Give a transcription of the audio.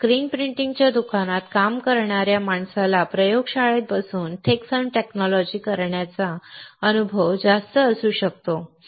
त्याच्या स्क्रीन प्रिंटिंगच्या दुकानात काम करणाऱ्या माणसाला प्रयोगशाळेत बसून थिक फिल्म टेक्नॉलॉजी करण्याचा अनुभव जास्त असू शकतो